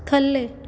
ਥੱਲੇ